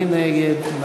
מי נגד?